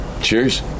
Cheers